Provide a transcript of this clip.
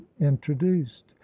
introduced